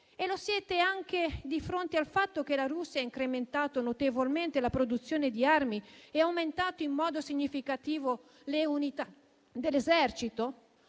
E lo siete anche di fronte al fatto che la Russia ha incrementato notevolmente la produzione di armi e aumentato in modo significativo le unità dell'esercito?